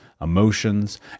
emotions